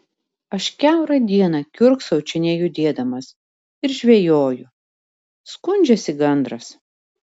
aš kiaurą dieną kiurksau čia nejudėdamas ir žvejoju skundžiasi gandras